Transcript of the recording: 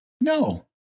No